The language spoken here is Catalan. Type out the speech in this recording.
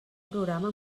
programa